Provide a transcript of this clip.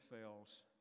fails